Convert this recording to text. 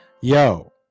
Yo